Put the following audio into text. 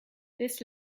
this